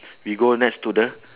we go next to the